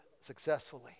successfully